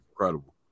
incredible